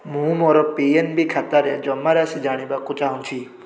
ମୁଁ ମୋର P N B ଖାତାରେ ଜମାରାଶି ଜାଣିବାକୁ ଚାହୁଁଛି